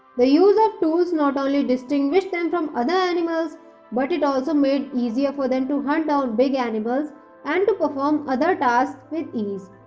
the use of tools not only distinguished them from other animals but it also made easier for them to hunt down big animals and to perform other tasks with ease.